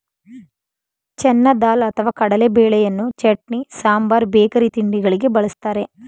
ಚೆನ್ನ ದಾಲ್ ಅಥವಾ ಕಡಲೆಬೇಳೆಯನ್ನು ಚಟ್ನಿ, ಸಾಂಬಾರ್ ಬೇಕರಿ ತಿಂಡಿಗಳಿಗೆ ಬಳ್ಸತ್ತರೆ